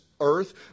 earth